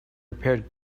repaired